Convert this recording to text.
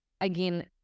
again